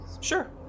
sure